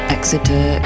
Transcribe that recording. Exeter